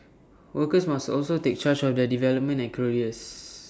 workers must also take charge of their development and careers